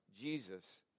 Jesus